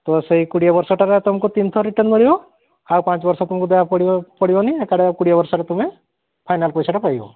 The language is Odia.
ତ ସେଇ କୋଡ଼ିଏ ବର୍ଷ ଟଙ୍କା ତୁମକୁ ତିନି ଥର ରିଟର୍ଣ୍ଣ ମିଳିବ ଆଉ ପାଞ୍ଚ ବର୍ଷ ତୁମକୁ ଦେବାକୁ ପଡ଼ିବ ପଡ଼ିବନି ଏକାଠି କୋଡ଼ିଏ ବର୍ଷରେ ତମେ ଫାଇନାଲ୍ ପଇସାଟା ପାଇବ